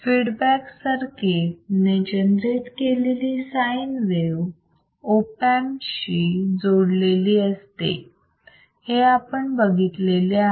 feedback circuit ने generate केलेली sine wave op amp शी जोडलेली असते हे आपण बघितले आहे